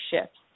shifts